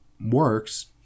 works